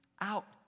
out